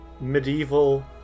medieval